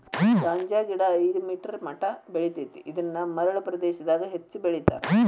ಗಾಂಜಾಗಿಡಾ ಐದ ಮೇಟರ್ ಮಟಾ ಬೆಳಿತೆತಿ ಇದನ್ನ ಮರಳ ಪ್ರದೇಶಾದಗ ಹೆಚ್ಚ ಬೆಳಿತಾರ